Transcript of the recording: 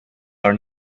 are